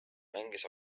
mängis